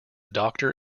doctor